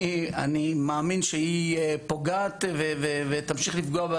אני מאמין שהיא פוגעת ותמשיך לפגוע.